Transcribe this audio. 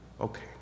Okay